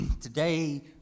Today